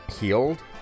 healed